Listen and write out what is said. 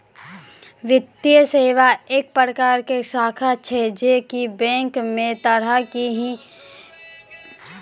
वित्तीये सेवा एक प्रकार के शाखा छै जे की बेंक के तरह ही काम करै छै